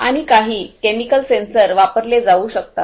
आणि काही chemical sensor वापरले जाऊ शकतात